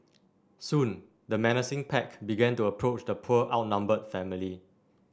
soon the menacing pack began to approach the poor outnumbered family